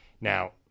now